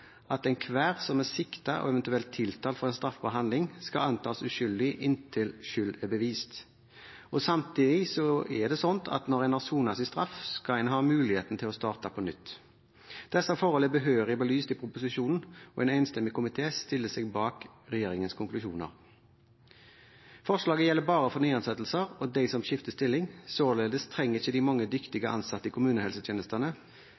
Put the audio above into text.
at enhver som er siktet og eventuelt tiltalt for en straffbar handling, skal antas uskyldig inntil skyld er bevist. Samtidig er det sånn at når en har sonet sin straff, skal en ha muligheten til å starte på nytt. Disse forholdene er behørig belyst i proposisjonen, og en enstemmig komité stiller seg bak regjeringens konklusjoner. Forslaget gjelder bare for nyansettelser og de som skifter stilling, og således trenger ikke de mange